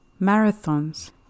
Marathons